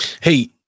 Hey